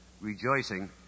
rejoicing